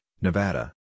Nevada